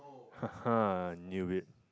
knew it